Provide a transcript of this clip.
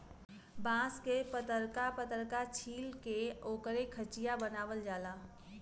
बांस के पतरका पतरका छील के ओकर खचिया बनावल जाला